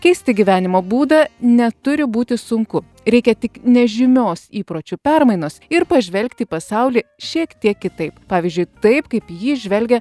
keisti gyvenimo būdą neturi būti sunku reikia tik nežymios įpročių permainos ir pažvelgti į pasaulį šiek tiek kitaip pavyzdžiui taip kaip į jį žvelgia